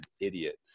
idiot